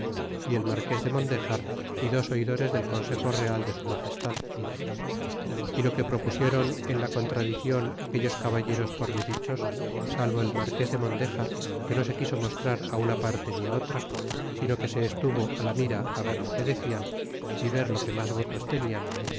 y el marques de mondejar y dos oidores del consejo real de su magestad y lo que propusieron en la contradiclon aquellos caballeros por mi dichos salvo el marques de mondejar que no se quiso mostrar una parte ni otra sino que se estuvo la mira ver lo que decian y ver los que mas votos tenian